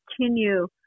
continue